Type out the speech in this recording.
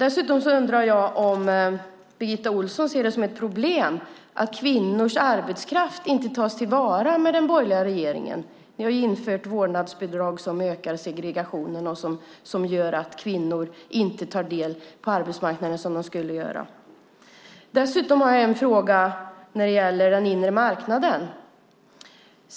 Ser Birgitta Ohlsson det som ett problem att kvinnors arbetskraft inte tas till vara med den borgerliga regeringen? Ni har infört vårdnadsbidrag som ökar segregationen och som gör att kvinnor inte tar del av arbetsmarknaden som de skulle göra. Jag har också en fråga när det gäller den inre marknaden.